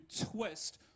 twist